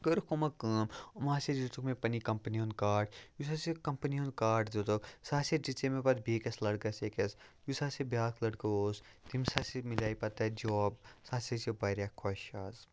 کٔرٕکھ یِمو کٲم یِمو ہاسے دِتُکھ مےٚ پَنٛنہِ کَمپٔنی ہُنٛد کارڈ یُس ہاسے یہِ کَمپٔنی ہُنٛد کارڈ دِتُکھ سُہ ہاسے دِژے مےٚ پَتہٕ بیٚکِس لٔڑکَس أکِس یُس ہاسے بیٛاکھ لٔڑکہٕ اوس تٔمِس ہاسے مِلے پَتہٕ تَتہِ جاب سُہ ہاسے چھِ واریاہ خوش آز